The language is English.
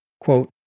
quote